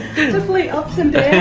definitely ups and yeah